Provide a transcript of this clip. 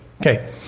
Okay